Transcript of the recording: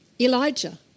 Elijah